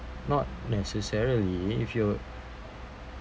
not necessarily if your